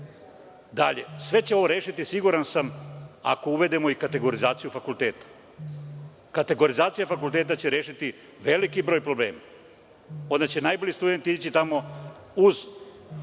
računa. Dalje, sve će ovo rešiti, siguran sam, ako uvedemo i kategorizaciju fakulteta. Kategorizacija fakulteta će rešiti veliki broj problema. Onda će najbolji studenti ići tamo uz